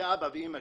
זה אבא ואמא שלי.